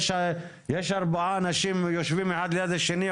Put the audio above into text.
ישנם ארבעה אנשים יושבים אחד ליד השני,